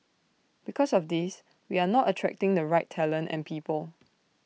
because of this we are not attracting the right talent and people